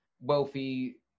wealthy